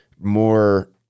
more